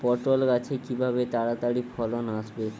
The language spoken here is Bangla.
পটল গাছে কিভাবে তাড়াতাড়ি ফলন আসবে?